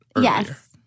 Yes